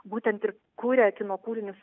būtent ir kuria kino kūrinius